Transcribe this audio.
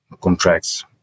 contracts